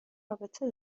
رابطه